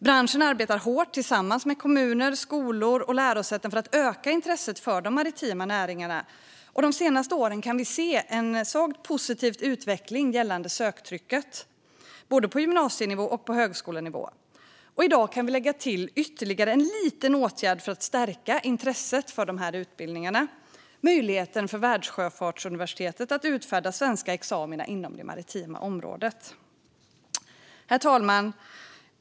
Branschen arbetar hårt tillsammans med kommuner, skolor och lärosäten för att öka intresset för de maritima näringarna, och de senaste åren kan vi se en svagt positiv utveckling gällande söktrycket, både på gymnasienivå och på högskolenivå. I dag kan vi lägga till ytterligare en liten åtgärd för att stärka intresset för de här utbildningarna: möjligheten för Världssjöfartsuniversitetet att utfärda svenska examina inom det maritima området. Herr talman!